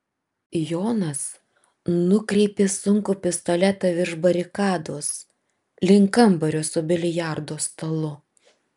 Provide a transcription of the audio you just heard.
jonas nukreipė sunkų pistoletą virš barikados link kambario su biliardo stalu